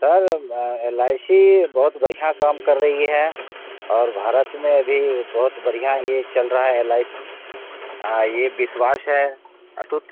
sir L I C बहुत बढ़ियाँ काम कर रही है और भारत में अभी बहुत बढ़ियाँ ये चल रहा है एल आई सी हाँ ये विश्वास है अटूट